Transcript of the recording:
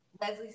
Leslie